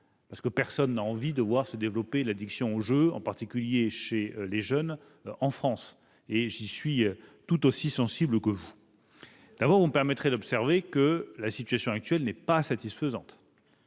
car personne n'a envie de voir se développer l'addiction au jeu, en particulier chez les jeunes, en France. Je suis tout aussi sensible que vous à ce sujet. Vous me permettrez d'observer que la situation actuelle n'est pas satisfaisante,